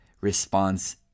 response